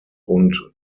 und